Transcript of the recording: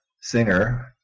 singer